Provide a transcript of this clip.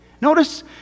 Notice